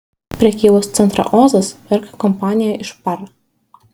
prekybos centrą ozas perka kompanija iš par